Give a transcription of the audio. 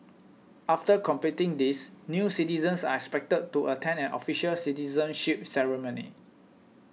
after completing these new citizens are expected to attend an official citizenship ceremony